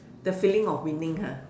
the feeling of winning ha